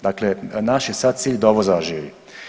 Dakle, naš je sad cilj da ovo zaživi.